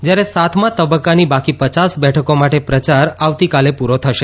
જ્યારે સાતમા તબક્કાની બાકી પચાસ બેઠકો માટે પ્રચાર આવતીકાલે પ્રરો થશે